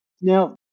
Now